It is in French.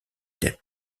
depp